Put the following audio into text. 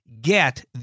get